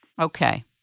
Okay